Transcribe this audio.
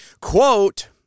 Quote